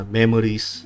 memories